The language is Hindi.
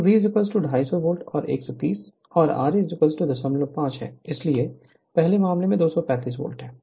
तो V 250 and 130 और ra 05 है इसलिए पहले मामले में 235 वोल्ट है